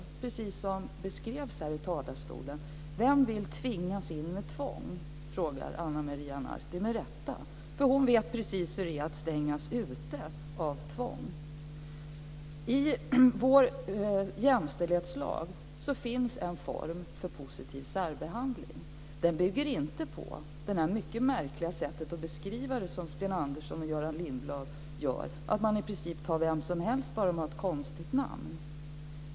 Det är precis som hon med rätta frågade i talarstolen: Vem vill tvingas in med tvång? Hon vet precis hur det är att stängas ute av tvång. I vår jämställdhetslag finns en form för positiv särbehandling. Den bygger inte på Sten Anderssons och Göran Lindblads märkliga sätt att beskriva det hela, nämligen att man i princip tar vem som helst bara det är ett konstigt namn.